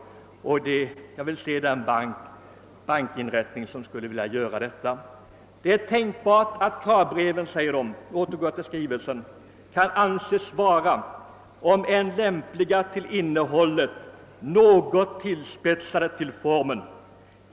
Jag skulle vilja se den bankinrättning som gjorde så. Jag återgår till skrivelsen från exekutionsväsendets organisationsnämnd. »Det är tänkbart att kravbreven kan anses vara — om än lämpliga till innehållet — något tillspetsade till formen.